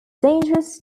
dangerous